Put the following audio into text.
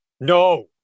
No